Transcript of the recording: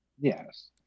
Yes